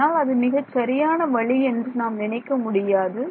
ஆனால் அது மிகச் சரியான வழி என்று நாம் நினைக்க முடியாது